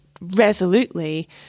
resolutely